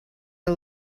the